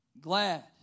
glad